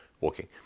walking